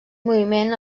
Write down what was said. moviment